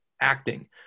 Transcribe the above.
acting